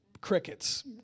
Crickets